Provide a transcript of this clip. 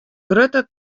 grutte